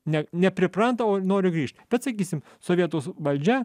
ne nepriprantama o noriu grįžt bet sakysime sovietų valdžia